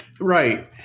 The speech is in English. Right